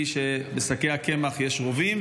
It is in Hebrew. היא שבשקי הקמח יש רובים,